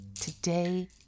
today